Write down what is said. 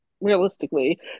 realistically